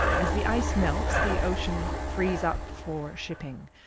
as the ice melts, the ocean frees up for shipping,